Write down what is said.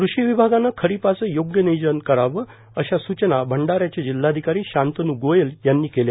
कृषी विभागानं खरीपाचे योग्य नियोजन करावं अशा सूचना भंडीऱ्याचे जिल्हाधिकारी शांतनू गोयल यांनी केल्या